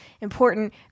important